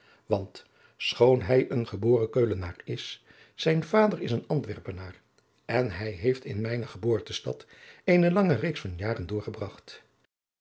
want schoon hij een geboren keulenaar is zijn vader is een antwerpenaar en hij heeft in mijne geboortestad eene lange reeks van jaren doorgebragt